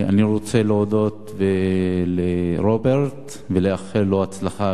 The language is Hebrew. אני רוצה להודות לרוברט ולאחל לו הצלחה,